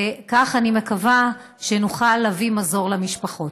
כך אני מקווה שנוכל להביא מזור למשפחות.